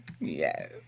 Yes